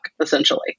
essentially